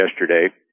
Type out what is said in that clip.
yesterday